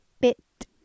Bit